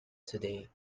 today